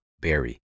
berry